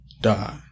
die